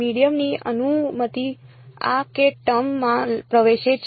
medium ની અનુમતિ આ k ટર્મ માં પ્રવેશે છે